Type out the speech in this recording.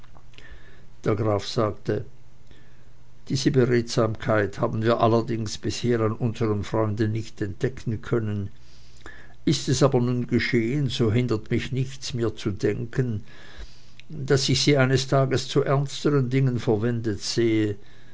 der graf sagte diese beredsamkeit haben wir allerdings bisher an unserm freunde nicht entdecken können ist es aber nun geschehen so hindert mich nichts mir zu denken daß ich sie eines tages zu ernsteren dingen verwendet sehe